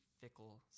fickle